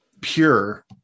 pure